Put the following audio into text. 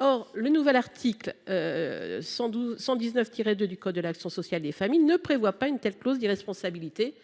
Or le nouvel article L. 119 2 du code de l’action sociale et des familles ne prévoit pas une telle clause d’irresponsabilité